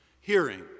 hearing